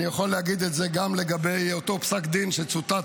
אני יכול להגיד את זה גם לגבי אותו פסק דין שצוטט